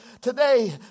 today